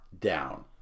down